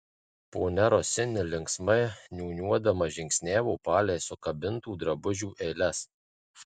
ponia rosini linksmai niūniuodama žingsniavo palei sukabintų drabužių eiles